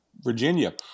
Virginia